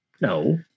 No